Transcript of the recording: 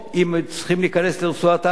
אם צריכים להיכנס לרצועת-עזה,